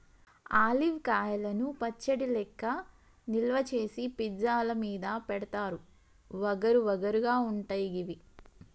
olive కాయలను పచ్చడి లెక్క నిల్వ చేసి పిజ్జా ల మీద పెడుతారు వగరు వగరు గా ఉంటయి గివి